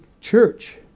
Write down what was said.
church